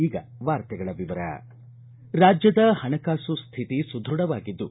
ಈಗ ವಾರ್ತೆಗಳ ವಿವರ ರಾಜ್ಞದ ಹಣಕಾಸು ಸ್ವಿತಿ ಸುದೃಢವಾಗಿದ್ದು